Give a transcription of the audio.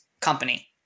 company